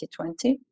2020